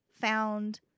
found